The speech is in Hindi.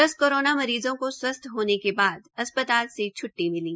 पांच कोरोना मरीज़ो को स्वस्थ होने के बाद अस्पताल से छ्ट्टी मिली